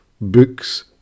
books